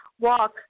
walk